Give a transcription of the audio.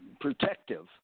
protective